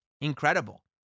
incredible